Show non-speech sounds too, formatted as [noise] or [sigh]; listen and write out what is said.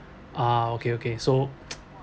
ah okay okay so [noise]